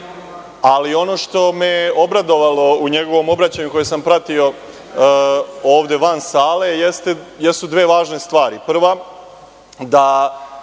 Ali, ono što me je obradovalo u njegovom obraćanju, koje sam pratio ovde van sale, jesu dve važne stvari. Prva, da